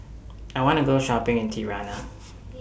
I want to Go Shopping in Tirana